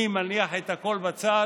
אני מניח את הכול בצד,